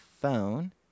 phone